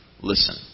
listen